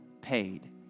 paid